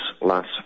last